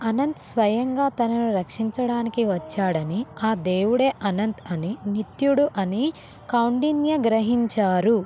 అనంత్ స్వయంగా తనను రక్షించడానికి వచ్చాడని ఆ దేవుడే అనంత్ అని నిత్యుడు అని కౌండిన్యా గ్రహించారు